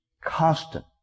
constant